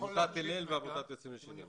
עמותת הלל ועמותת יוצאים בשאלה.